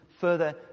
further